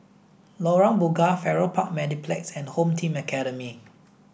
Lorong Bunga Farrer Park Mediplex and Home Team Academy